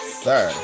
sir